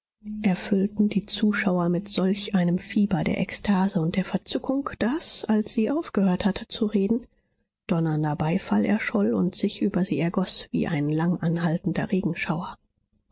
erfüllten die zuhörer mit solch einem fieber der ekstase und der verzückung daß als sie aufgehört hatte zu reden donnernder beifall erscholl und sich über sie ergoß wie ein langanhaltender regenschauer